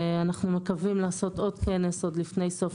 אנחנו מקווים לעשות עוד כנס עוד לפני סוף